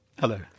Hello